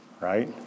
right